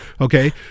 Okay